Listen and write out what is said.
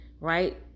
right